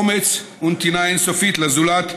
אומץ ונתינה אין-סופית לזולת,